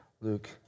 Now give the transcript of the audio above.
Luke